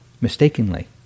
mistakenly